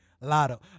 Lotto